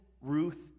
Ruth